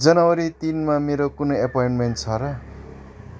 जनवरी तिनमा मेरो कुनै एपोइन्टमेन्ट छ र